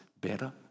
better